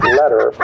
letter